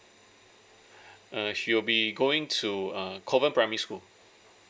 uh she will be going to err covan primary school